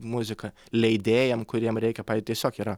muziką leidėjam kuriem reikia pav tiesiog yra